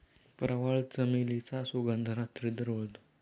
प्रवाळ, चमेलीचा सुगंध रात्री दरवळतो